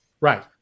right